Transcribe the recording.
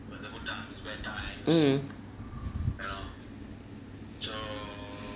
mm